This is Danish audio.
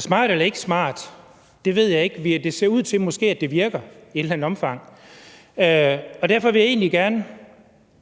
smart eller ikke smart – det ved jeg ikke. Det ser ud til, at det måske virker i et eller andet omfang. Derfor vil jeg egentlig gerne